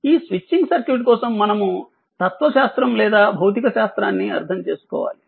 ఈ switching circuit కోసం మనము తత్వ శాస్త్రం లేదా భౌతిక శాస్త్రాన్ని అర్థం చేసుకోవాలి